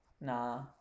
nah